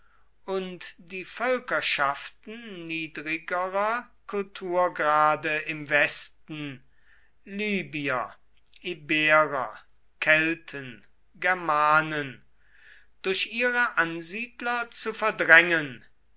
und die völkerschaften niedrigerer kulturgrade im westen libyer iberer kelten germanen durch ihre ansiedler zu verdrängen